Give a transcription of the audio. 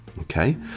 Okay